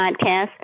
podcast